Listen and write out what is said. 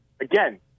Again